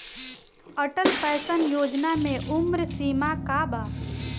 Atal pension Yojana मे उम्र सीमा का बा?